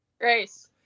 Grace